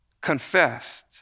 confessed